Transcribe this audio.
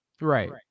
Right